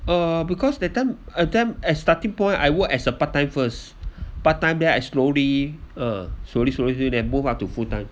uh because that time at time as starting point I work as a part-time first part-time then I slowly uh slowly slowly than move up to full-time